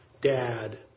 dad